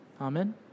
Amen